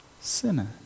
Sinner